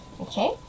Okay